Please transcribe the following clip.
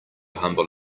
humble